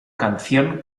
canción